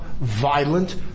violent